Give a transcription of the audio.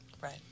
Right